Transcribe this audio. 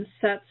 sets